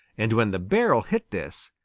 and when the barrel hit this,